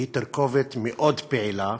היא תרכובת מאוד פעילה,